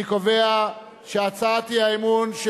אני קובע שהצעת האי-אמון של